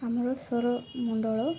ଆମର ସୌରମଣ୍ଡଳ